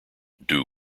duke